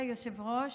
כבוד היושב-ראש,